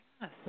Yes